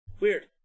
weird